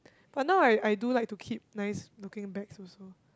but now I I do like to keep nice looking bags also